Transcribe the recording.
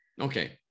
Okay